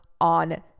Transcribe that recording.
on